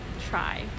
try